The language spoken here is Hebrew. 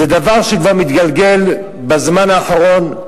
זה דבר שכבר מתגלגל בזמן האחרון,